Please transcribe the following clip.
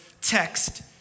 text